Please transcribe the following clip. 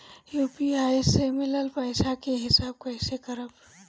UPI से मिलल पईसा के हिसाब कइसे करब?